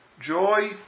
Joy